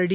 D